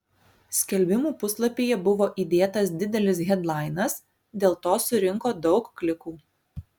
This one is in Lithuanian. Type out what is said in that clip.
skelbimų puslapyje buvo įdėtas didelis hedlainas dėl to surinko daug klikų